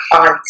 on